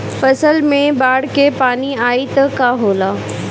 फसल मे बाढ़ के पानी आई त का होला?